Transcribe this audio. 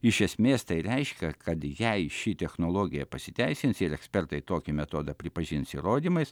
iš esmės tai reiškia kad jei ši technologija pasiteisins ir ekspertai tokį metodą pripažins įrodymais